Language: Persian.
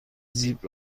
زیپ